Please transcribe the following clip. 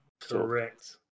Correct